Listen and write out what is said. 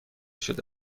شده